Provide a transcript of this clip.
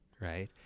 Right